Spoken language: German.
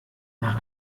nach